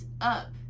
up